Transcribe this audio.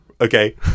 okay